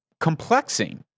complexing